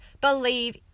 believe